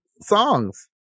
songs